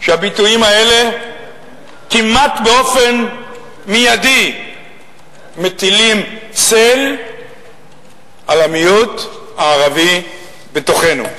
שהביטויים האלה כמעט באופן מיידי מטילים צל על המיעוט הערבי בתוכנו.